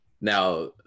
Now